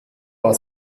war